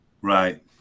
Right